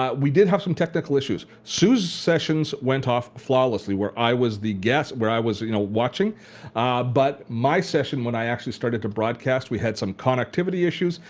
we did have some technical issues. sue's sessions went off flawlessly where i was the guest, where i was watching but my session when i actually started to broadcast, we had some connectivity issues.